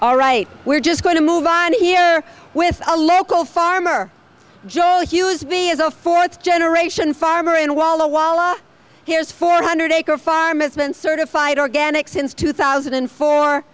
all right we're just going to move on here with a local farmer joel hughes b as a fourth generation farmer in walla walla here's four hundred acre farm it's been certified organic since two thousand and four